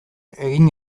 egin